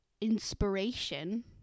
inspiration